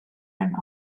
and